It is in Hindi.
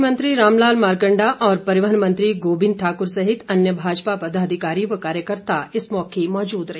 कृषि मंत्री राम लाल मारकंडा और परिवहन मंत्री गोबिंद ठाकुर सहित अन्य भाजपा पदाधिकारी व कार्यकर्ता इस मौके पर मौजूद रहे